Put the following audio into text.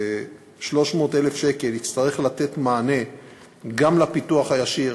ש-300,000 שקל יצטרכו לתת מענה גם לפיתוח הישיר,